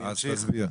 אני אשלים.